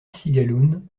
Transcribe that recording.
cigaloun